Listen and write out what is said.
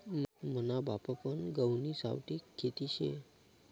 मना बापपन गहुनी सावठी खेती शे